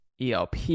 ELP